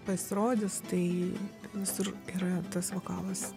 pasirodys tai visur yra tas vokalas